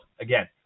Again